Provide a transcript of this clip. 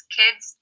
kids